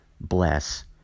bless